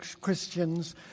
Christians